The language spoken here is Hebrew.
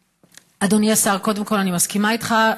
אדוני השר, קודם כול, אני מסכימה איתך.